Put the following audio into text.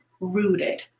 rooted